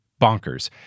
bonkers